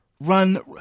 run